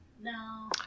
No